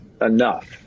enough